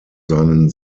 seinen